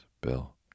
Bill